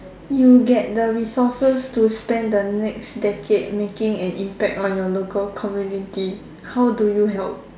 you get the resources to spend the next decade making an impact on your local community how do you help